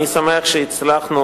אני שמח שהצלחנו,